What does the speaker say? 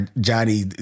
Johnny